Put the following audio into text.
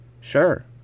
sure